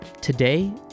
Today